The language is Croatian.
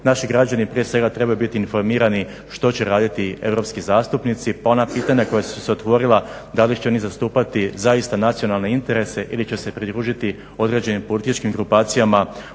Naši građani, prije svega trebaju biti informirani što će raditi europski zastupnici, pa ona pitanja koja su se otvorila da li će oni zastupati zaista nacionalne interese ili će se pridružiti određenim političkim grupacijama